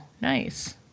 nice